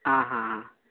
आं हां हां